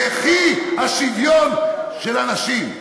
יחי השוויון של הנשים.